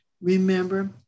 remember